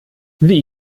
wie